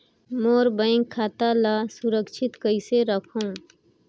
मोर bank खाता ला सुरक्षित कइसे रखव?